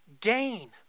gain